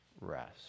rest